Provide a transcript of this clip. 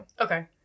Okay